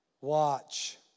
Watch